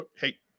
hey